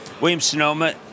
Williams-Sonoma